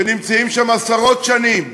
שנמצאים שם עשרות שנים,